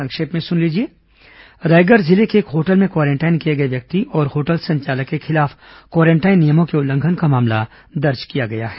संक्षिप्त समाचार रायगढ़ जिले के एक होटल में क्वारेंटाइन किए गए व्यक्ति और होटल संचालक के खिलाफ क्वारेंटाइन नियमों के उल्लंघन का मामला दर्ज किया गया है